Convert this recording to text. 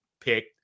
pick